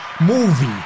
Movie